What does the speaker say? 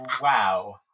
Wow